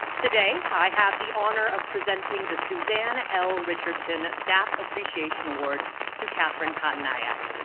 today, i have the honor of presenting the suzanne l. richardson staff appreciation award to catherine pattanayak.